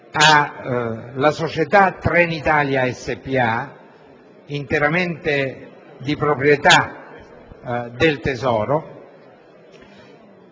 alla società Trenitalia spa, interamente di proprietà del Tesoro,